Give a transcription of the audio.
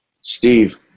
Steve